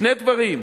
שני דברים: